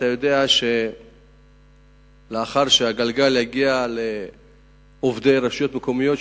אתה יודע שלאחר שהגלגל יגיע לעובדי רשויות מקומיות,